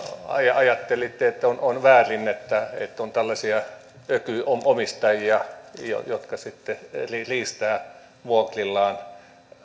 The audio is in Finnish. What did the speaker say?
ajattelitte että on väärin että että on tällaisia ökyomistajia jotka sitten riistävät vuokrillaan